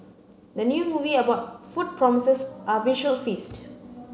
the new movie about food promises a visual feast